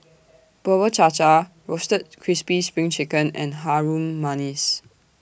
Bubur Cha Cha Roasted Crispy SPRING Chicken and Harum Manis